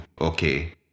okay